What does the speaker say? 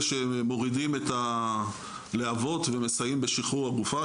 שמורידים את הלהבות ומסייעים בשחררו הגופה.